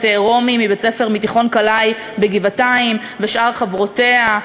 רומי מתיכון קלעי בגבעתיים ואת שאר חברותיה.